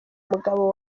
mugabo